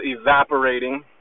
evaporating